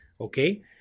okay